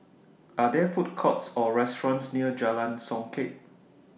Are There Food Courts Or restaurants near Jalan Songket